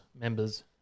members